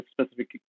specific